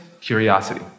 curiosity